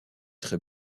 très